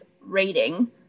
rating